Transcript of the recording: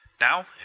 Now